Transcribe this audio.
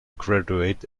graduate